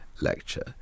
lecture